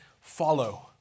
Follow